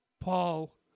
Paul